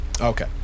Okay